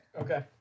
Okay